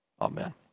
amen